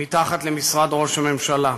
מתחת למשרד ראש הממשלה.